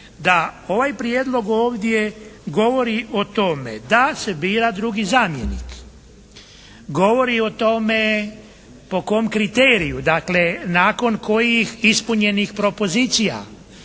da ovaj prijedlog ovdje govori o tome da se bira drugi zamjenik, govori o tome po kom kriteriju. Dakle, nakon kojih ispunjenih propozicija